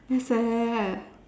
very sad